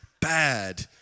bad